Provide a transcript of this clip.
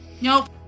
Nope